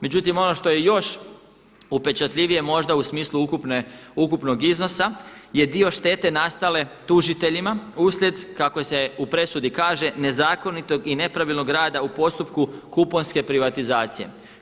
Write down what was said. Međutim, ono što je još upečatljivije možda u smislu ukupnog iznosa je dio štete nastale tužiteljima uslijed kako se u presudi kaže nezakonitog i nepravilnog rada u postupku kuponske privatizacije.